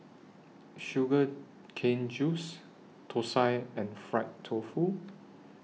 Sugar Cane Juice Thosai and Fried Tofu